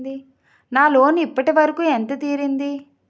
నా లోన్ ఇప్పటి వరకూ ఎంత తీరింది?